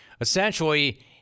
Essentially